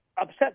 upset